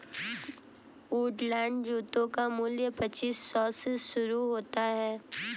Woodland जूतों का मूल्य पच्चीस सौ से शुरू होता है